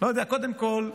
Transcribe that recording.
קודם כול,